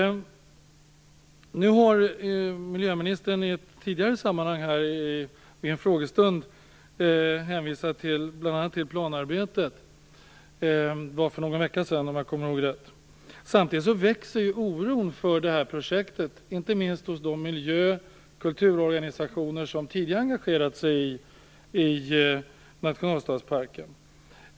Nu har miljöministern vid en frågestund tidigare hänvisat till bl.a. planarbete - det var för någon vecka sedan, om jag kommer ihåg rätt. Samtidigt växer oron för det här projektet, inte minst hos de miljö och kulturorganisationer som tidigare engagerat sig i nationalstadsparken.